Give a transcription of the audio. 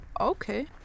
Okay